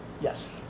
Yes